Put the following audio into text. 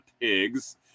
pigs